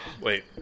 Wait